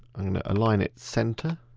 i'm gonna align it centre.